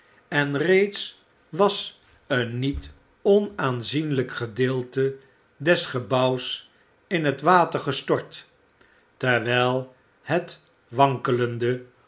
en reeds was een niet onaanzienlijk gedeelte des gebouws in het water gestort terwijl het wankelende